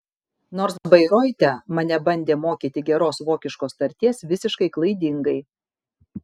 nors bairoite mane bandė mokyti geros vokiškos tarties visiškai klaidingai